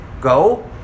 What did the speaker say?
go